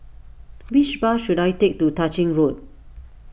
which bus should I take to Tah Ching Road